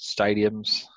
stadiums